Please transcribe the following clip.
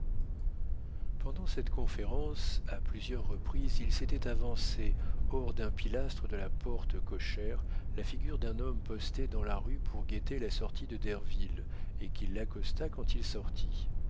pendant cette conférence à plusieurs reprises il s'était avancé hors d'un pilastre de la porte cochère la figure d'un homme posté dans la rue pour guetter la sortie de derville et qui l'accosta quand il sortit